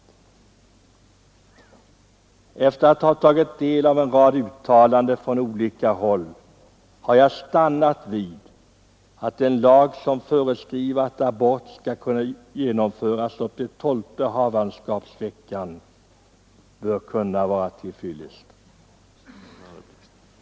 Efter att ha tagit del av en rad uttalanden från olika håll har jag stannat vid att en lag som föreskriver att abort skall kunna genomföras upp till tolfte havandeskapsveckan bör kunna vara till fyllest.